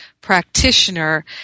practitioner